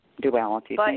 Duality